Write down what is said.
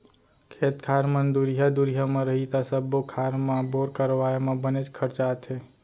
खेत खार मन दुरिहा दुरिहा म रही त सब्बो खार म बोर करवाए म बनेच खरचा आथे